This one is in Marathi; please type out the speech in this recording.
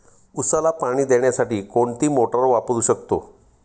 उसाला पाणी देण्यासाठी कोणती मोटार वापरू शकतो?